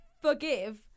forgive